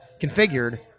configured